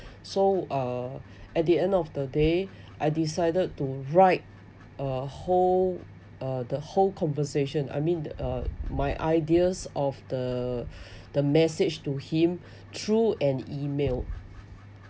so uh at the end of the day I decided to write a whole uh the whole conversation I mean uh my ideas of the the message to him through an email